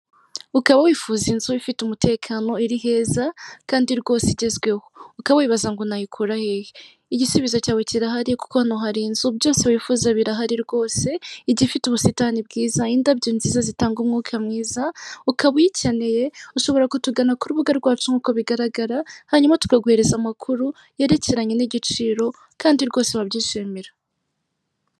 Ukaba wifuza inzu ifite umutekano, iri heza kandi rwose igezweho. Uka wibaza ngo nayikura hehe? Igisubizo cyawe kirahari kuko hari inzu byose wifuza birahari rwose, igiye ifite ubusitani bwiza, indabyo nziza zitanga umwuka mwiza, ukaba uyikeneye ushobora kutugana ku rubuga rwacu nk'uko bigaragara hanyuma tukaguhereza amakuru yerekeranye n'igiciro kandi rwose wabyishimira.